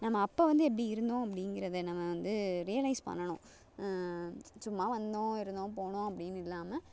நம்ம அப்போ வந்து எப்படி இருந்தோம் அப்படிங்கறத நம்ம வந்து ரியலைஸ் பண்ணணும் சும்மா வந்தோம் இருந்தோம் போனோம் அப்படீன்னு இல்லாமல்